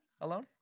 alone